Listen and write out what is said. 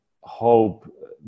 hope